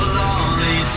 lonely